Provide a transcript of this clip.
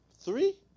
three